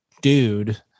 dude